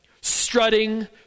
strutting